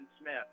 Smith